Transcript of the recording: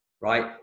right